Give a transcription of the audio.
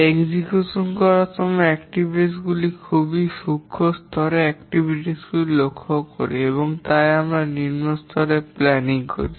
সম্পাদন করার সময় কার্যক্রম গুলি খুব সূক্ষ্ম স্তরের কার্যক্রম লক্ষ্য করি এবং তাই আমরা নিম্ন স্তরের পরিকল্পনা করব